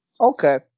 Okay